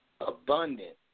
abundant